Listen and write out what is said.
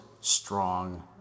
strong